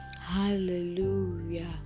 Hallelujah